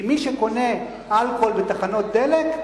כי מי שקונה אלכוהול בתחנות דלק,